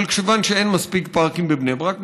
אבל כיוון שאין מספיק פארקים בבני ברק,